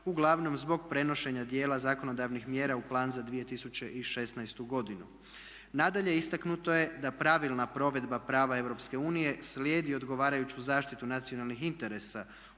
uglavnom zbog prenošenja dijela zakonodavnih mjera u plan za 2016. godinu. Nadalje, istaknuto je da pravilna provedba prava Europske unije slijedi odgovarajuću zaštitu nacionalnih interesa